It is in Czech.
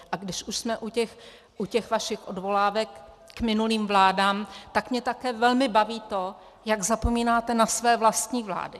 A když už jsme u těch vašich odvolávek k minulým vládám, tak mě také velmi baví to, jak zapomínáte na své vlastní vlády.